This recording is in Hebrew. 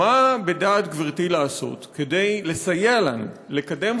מה בדעת גברתי לעשות כדי לסייע לנו לקדם